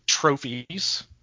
trophies